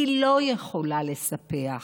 היא לא יכולה לספח.